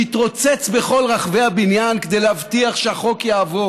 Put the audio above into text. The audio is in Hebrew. שהתרוצץ בכל רחבי הבניין כדי להבטיח שהחוק יעבור